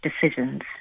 decisions